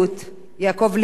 יעקב ליצמן,